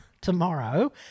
tomorrow